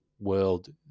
world